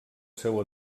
seu